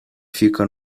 fica